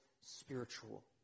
spiritual